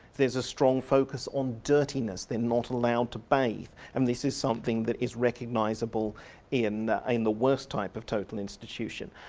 there's a strong focus on dirtiness, they're not allowed to bathe and this is something that is recognisable in the in the worst type of total institution.